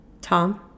tom